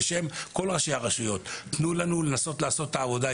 בשם כל ראשי הרשויות: תנו לנו לנסות לעשות את העבודה,